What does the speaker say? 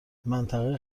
منطقه